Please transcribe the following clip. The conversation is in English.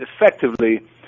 effectively